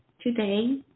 Today